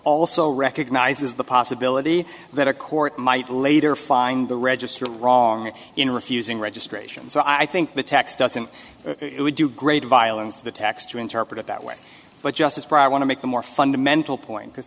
also recognizes the possibility that a court might later find the register wrong in refusing registrations so i think the tax doesn't it would do great violence to the tax to interpret it that way but just as for i want to make a more fundamental point because